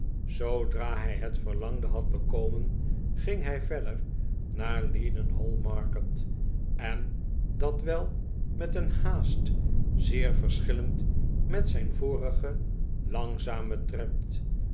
zoodra hij het verlangde had bekomen ging hij verder naar leadenhall market en dat wel met een haast zeer verschillend met zijn vorigen langzamen tred